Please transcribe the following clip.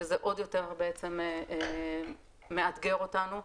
שזה עוד יותר מאתגר אותנו,